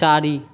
चारि